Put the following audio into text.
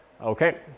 okay